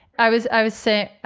i was i was sick.